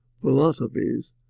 philosophies